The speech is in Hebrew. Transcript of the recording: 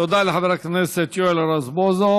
תודה לחבר הכנסת יואל רזבוזוב.